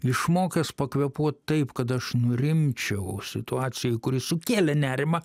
išmokęs pakvėpuot taip kad aš nurimčiau situacijoj kuri sukėlė nerimą